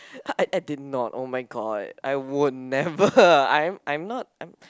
I did not oh-my-god I wouldn't never I'm I'm not I'm